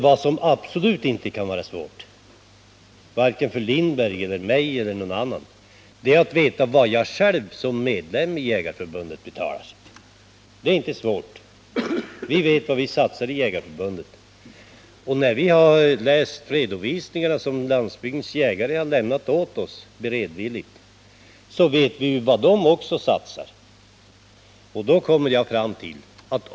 Vad som absolut inte kan vara svårt vare sig för Sven Lindberg, för mig eller för någon annan att veta är vad vi själva som medlemmar i Svenska jägareförbundet betalar. Efter att ha läst de redovisningar som Jägarnas riksförbund så beredvilligt har lämnat oss vet vi också vad dess medlemmar satsar.